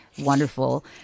wonderful